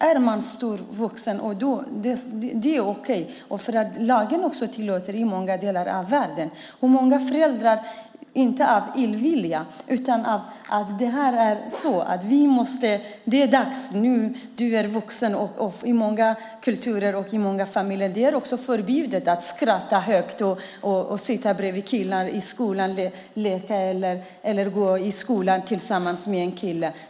Är man utvecklad är det okej. Lagen tillåter det också i många delar av världen. Det är inte av illvilja föräldrarna gör det utan för att barnet betraktas som vuxet. I många kulturer och familjer är det förbjudet för flickor att skratta högt, sitta bredvid killar i skolan, leka med eller ens gå i samma skola som killar.